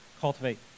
cultivate